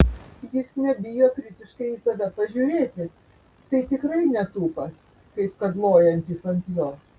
jis nebijo kritiškai į save pažiūrėti tai tikrai netūpas kaip kad lojantys ant jo